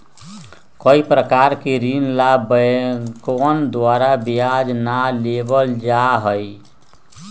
कई प्रकार के ऋण ला बैंकवन द्वारा ब्याज ना लेबल जाहई